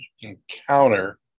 encounter